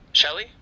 Shelly